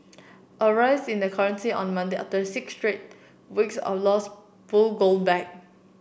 a rise in the currency on Monday after six straight weeks of loss pulled gold back